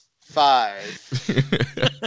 five